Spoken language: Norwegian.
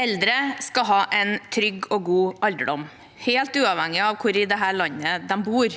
Eldre skal ha en trygg og god alderdom helt uavhengig av hvor i dette landet de bor.